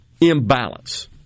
imbalance